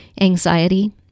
anxiety